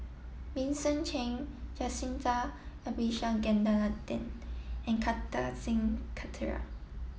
Vincent Cheng Jacintha Abisheganaden and Kartar Singh Thakral